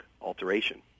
alteration